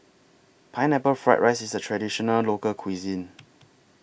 Pineapple Fried Rice IS A Traditional Local Cuisine